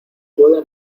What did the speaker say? puede